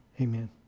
Amen